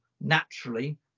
naturally